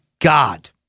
God